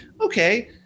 okay